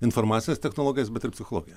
informacines technologijas bet ir psichologiją